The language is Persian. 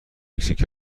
مکزیک